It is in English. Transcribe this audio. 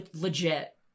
legit